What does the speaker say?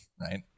right